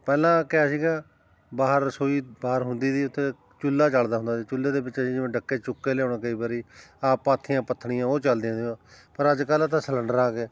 ਪਹਿਲਾ ਕਿਆ ਸੀਗਾ ਬਾਹਰ ਰਸੋਈ ਬਾਹਰ ਹੁੰਦੀ ਸੀ ਉੱਥੇ ਚੁੱਲ੍ਹਾ ਜਲਦਾ ਹੁੰਦਾ ਸੀ ਚੁੱਲ੍ਹੇ ਦੇ ਵਿੱਚ ਜਿਵੇਂ ਡੱਕੇ ਚੁੱਕ ਕੇ ਲਿਆਉਣਾ ਕਈ ਵਾਰੀ ਆ ਪਾਥੀਆਂ ਪੱਥਣੀਆਂ ਉਹ ਚੱਲਦੀਆਂ ਤੀਆ ਪਰ ਅੱਜ ਕੱਲ੍ਹ ਤਾਂ ਸਿਲੰਡਰ ਆ ਗਏ